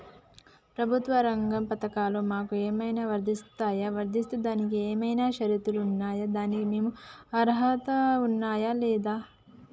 ప్రభుత్వ రంగ పథకాలు మాకు ఏమైనా వర్తిస్తాయా? వర్తిస్తే దానికి ఏమైనా షరతులు ఉన్నాయా? దానికి మేము అర్హత ఉన్నామా లేదా?